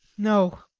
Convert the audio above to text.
no